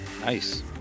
Nice